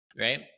right